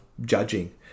judging